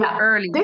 early